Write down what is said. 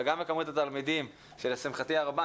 וגם בכמות התלמידים שלשמחתי הרבה,